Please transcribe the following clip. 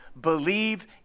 believe